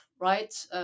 right